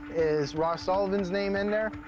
is ross sullivan's name in there?